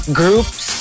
groups